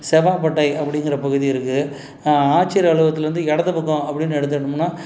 செவ்வாப்பேட்டை அப்படிங்கிற பகுதி இருக்குது ஆட்சியர் அலுவலகத்லேருந்து இடது பக்கம் அப்படின்னு எடுத்துக்கிட்டோம்னா